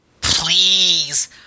Please